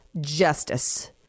justice